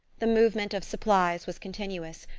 the movement of supplies was continuous,